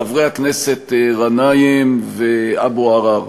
חברי הכנסת גנאים ואבו עראר,